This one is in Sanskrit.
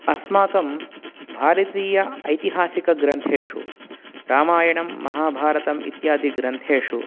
अस्माकं भारतीय ऐतिहासिकग्रन्थेषु रामायणं महाभारतम् इत्यादि ग्रन्थेषु